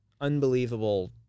unbelievable